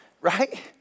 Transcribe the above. Right